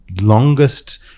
longest